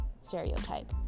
stereotype